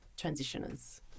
transitioners